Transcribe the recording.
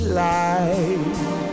light